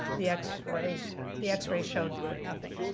the x-rays the x-rays showed nothing.